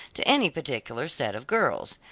to any particular set of girls.